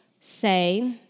say